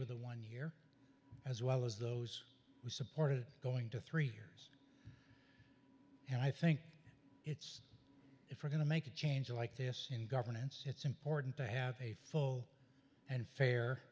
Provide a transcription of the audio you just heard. with the one year as well as those who supported going to three years and i think it's if we're going to make a change like this in governance it's important to have a full and fair